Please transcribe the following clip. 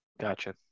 gotcha